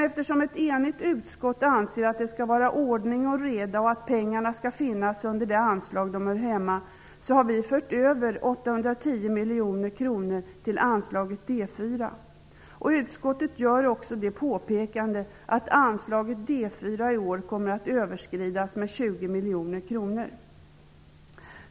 Eftersom ett enigt utskott anser att det skall vara ordning och reda och att pengarna skall finnas under det anslag där de hör hemma har vi fört över 810 miljoner kronor till anslaget D 4. Utskottet gör också påpekandet att anslaget D 4 i år kommer att överskridas med 20 miljoner kronor.